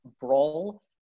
brawl